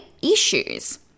issues